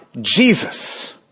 Jesus